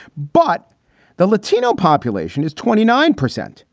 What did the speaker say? but the latino population is twenty nine percent,